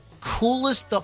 coolest